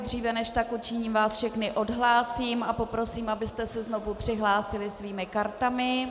Dříve než tak učiním, vás všechny odhlásím a poprosím, abyste se znovu přihlásili svými kartami.